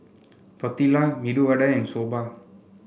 Tortilla Medu Vada and Soba